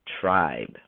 Tribe